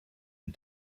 and